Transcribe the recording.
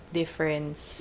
difference